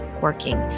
working